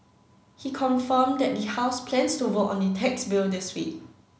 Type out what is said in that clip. he confirmed that the House plans to vote on the tax bill this week